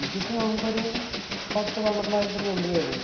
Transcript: budget നമുക്കൊരു പത്തു പത്രണ്ടായിരത്തിൻ്റെ ഉള്ളില് വരുന്നത്